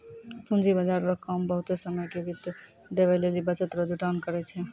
पूंजी बाजार रो काम बहुते समय के वित्त देवै लेली बचत रो जुटान करै छै